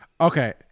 okay